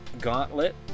gauntlet